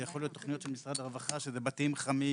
זה יכול להיות תוכניות של משרד הרווחה שזה בתים חמים,